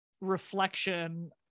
reflection